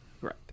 Right